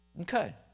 Okay